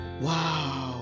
wow